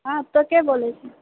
हँ तऽ के बोलय छी